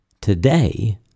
Today